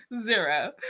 Zero